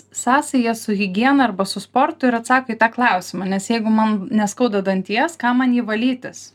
sąsaja su higiena arba su sportu ir atsako į tą klausimą nes jeigu man neskauda danties kam man jį valytis